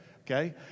Okay